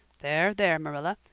there, there, marilla,